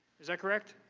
is that correct?